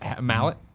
mallet